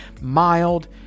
Mild